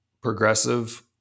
progressive